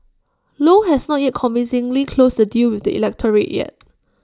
low has not at convincingly closed the deal with the electorate yet